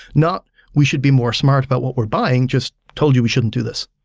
not we should be more smart about what we're buying, just told you we shouldn't do this.